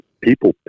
people